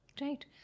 right